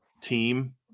team